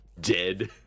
dead